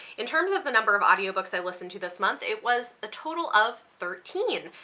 in terms of the number of audiobooks i listened to this month, it was a total of thirteen.